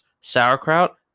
sauerkraut